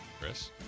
Chris